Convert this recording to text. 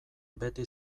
beti